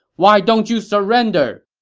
why don't you surrender!